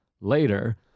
later